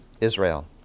Israel